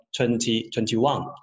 2021